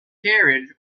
carriage